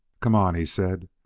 come on! he said!